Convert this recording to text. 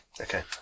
Okay